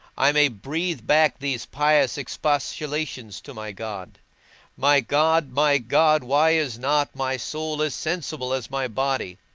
i may breathe back these pious expostulations to my god my god, my god, why is not my soul as sensible as my body?